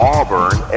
Auburn